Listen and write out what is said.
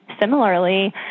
similarly